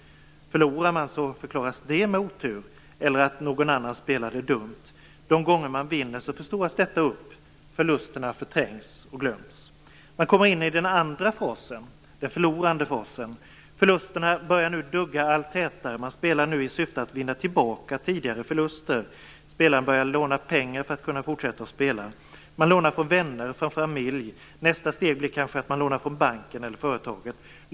Om man förlorar förklaras det med otur eller med att någon annan spelade dumt. De gånger man vinner förstoras detta upp, och förlusterna förträngs och glöms. Den andra fasen är den förlorande fasen. Förlusterna börjar dugga allt tätare, och man spelar nu i syfte att vinna tillbaka tidigare förluster. Spelaren börjar låna pengar för att kunna fortsätta spela. Man lånar från vänner och familj. Nästa steg blir kanske att låna från banken eller företaget.